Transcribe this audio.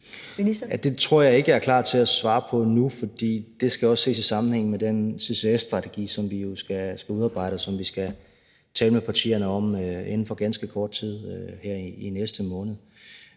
Det tror jeg ikke jeg er klar til at svare på nu, for det skal også ses i sammenhæng med den CCS-strategi, som vi jo skal udarbejde, og som vi skal tale med partierne om inden for ganske kort tid, her i næste måned.